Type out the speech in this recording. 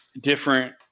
different